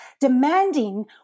demanding